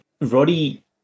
Roddy